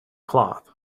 cloth